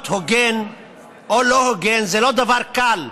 להיות הוגן או לא הוגן זה לא דבר קל.